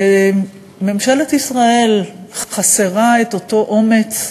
וממשלת ישראל חסרה את אותו אומץ,